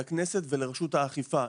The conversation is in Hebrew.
לכנסת ולרשות האכיפה,